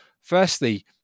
firstly